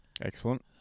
Excellent